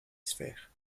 sphère